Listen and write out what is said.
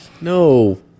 No